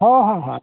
ᱦᱮᱸ ᱦᱮᱸ